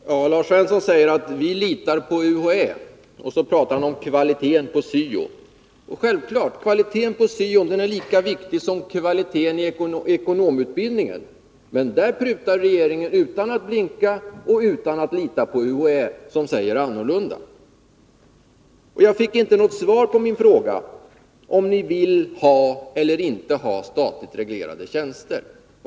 Herr talman! Lars Svensson säger: Vi litar på UHÄ. Sedan talar han om kvaliteten på syo. Självfallet är kvaliteten på syo lika viktig som kvaliteten inom ekonomutbildningen, men där prutar regeringen utan att blinka och utan att lita på UHÄ, som har en annan mening. Jag fick inte något svar på min fråga om socialdemokraterna vill ha statligt reglerade tjänster.